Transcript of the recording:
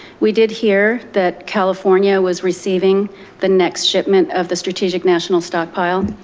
we did hear that california was receiving the next shipment of the strategic national stockpile.